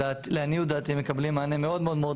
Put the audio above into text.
לעניות דעתי הם מקבלים מענה מאוד מאוד מאוד